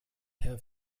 herr